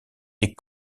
des